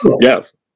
Yes